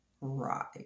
right